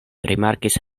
rimarkis